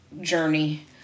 journey